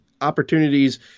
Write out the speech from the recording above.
opportunities